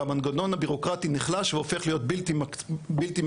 והמנגנון הבירוקרטי נחלש והופך להיות בלתי מקצועי.